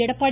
Edappadi